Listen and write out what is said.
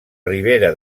ribera